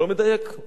אז תתקן אותנו.